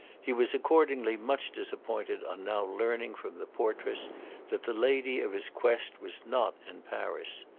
he was accordingly much disappointed on now learning from the portress that the lady of his quest was not in paris.